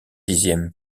dixième